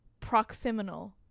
proximal